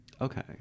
Okay